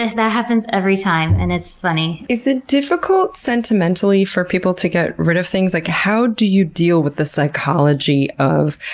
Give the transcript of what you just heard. that happens every time, and it's funny. is it difficult, sentimentally, for people to get rid of things? like how do you deal with the psychology of,